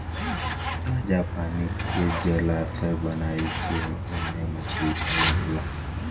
ताजा पानी के जलाशय बनाई के ओमे मछली पालन होला